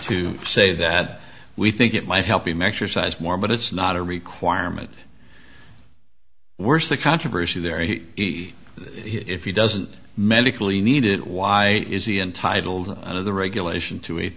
to say that we think it might help him exercise more but it's not a requirement worse the controversy there he he if he doesn't medically need it why is he entitled to the regulation to